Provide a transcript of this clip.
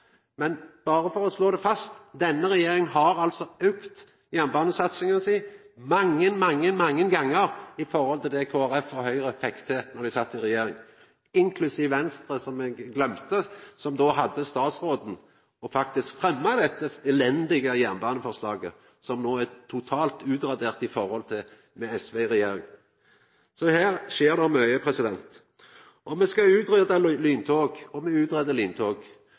Men berre for å slå det fast: Denne regjeringa har altså ei jernbanesatsinga som er mange, mange gonger større enn det Kristeleg Folkeparti og Høgre fekk til då dei sat i regjering – inklusiv Venstre, som eg gløymde, som då hadde statsråden – og faktisk fremma dette elendige jernbaneforslaget, som no er totalt utradert i forhold til det me har med SV i regjering. Så her skjer det mykje. Me skal utgreia lyntog – og me